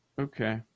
okay